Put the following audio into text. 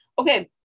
Okay